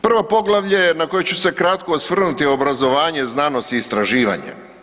Prvo poglavlje na koje ću se kratko osvrnuti je obrazovanje, znanost i istraživanje.